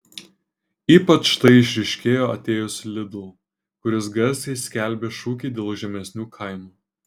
ypač tai išryškėjo atėjus lidl kuris garsiai skelbė šūkį dėl žemesnių kainų